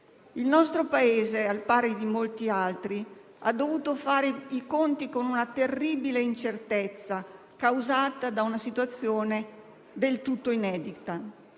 Il nostro Paese, al pari di molti altri, ha dovuto fare i conti con una terribile incertezza, causata da una situazione del tutto inedita.